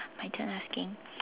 my turn asking